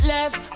Left